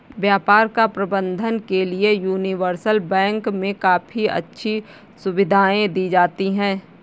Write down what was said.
व्यापार या प्रबन्धन के लिये यूनिवर्सल बैंक मे काफी अच्छी सुविधायें दी जाती हैं